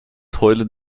heulen